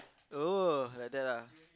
oh like that ah